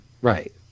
Right